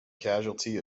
casualty